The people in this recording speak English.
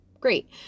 Great